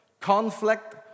Conflict